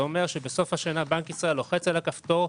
אומר שבסוף השנה בנק ישראל לוחץ על הכפתור,